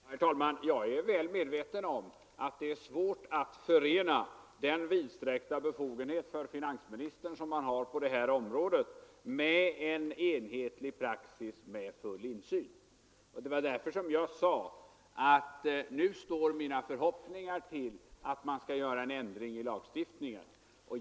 i Herr talman! Jag är väl medveten om att det är svart att förena den Tisdagen den vidsträckta befogenheten för finansministern på det här området med en 21 maj 1974 enhetlig praxis för insyn. Det var därför jag sade att mina förhoppningar nu står till att man skall göra en ändring i lagstiftningen.